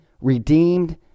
redeemed